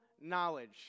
knowledge